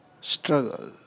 struggle